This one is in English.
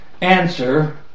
answer